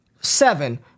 seven